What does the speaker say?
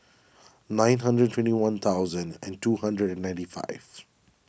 nine hundred twenty one thousand and two hundred ninety five